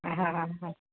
हा हा